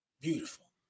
Beautiful